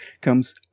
comes